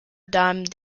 dime